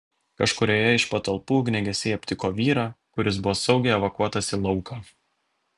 kažkurioje iš patalpų ugniagesiai aptiko vyrą kuris buvo saugiai evakuotas į lauką